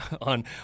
on